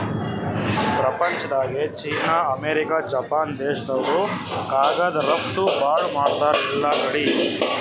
ಪ್ರಪಂಚ್ದಾಗೆ China, America, Japan ದೇಶ್ದವ್ರು ಕಾಗದ್ ರಫ್ತು ಭಾಳ್ ಮಾಡ್ತಾರ್ ಎಲ್ಲಾಕಡಿ